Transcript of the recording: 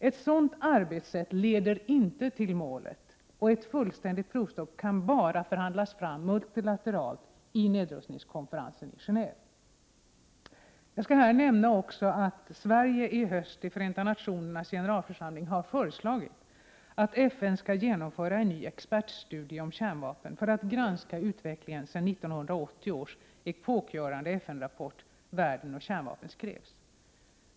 Ett sådant arbetssätt leder inte till målet. Ett fullständigt provstopp kan endast förhandlas fram multilateralt i nedrustningskonferensen i Geneve. Jag vill här nämna att Sverige i höst i Förenta nationernas generalförsamling föreslagit att FN skall genomföra en ny expertstudie om kärnvapen för att granska utvecklingen sedan 1980 års epokgörande FN-rapport ”Världen och kärnvapnen” skrevs.